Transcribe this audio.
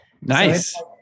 nice